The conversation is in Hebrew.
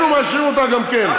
היינו מאשרים אותה גם כן.